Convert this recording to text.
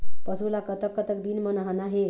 पशु ला कतक कतक दिन म नहाना हे?